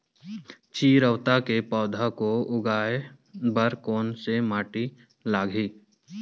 चिरैता के पौधा को उगाए बर कोन से माटी लगही?